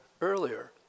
earlier